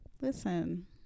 Listen